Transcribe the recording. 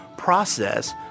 process